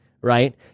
right